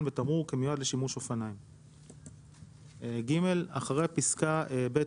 בתמרור כמיועד לשימוש אופניים"; (ג) אחרי פסקה (ב)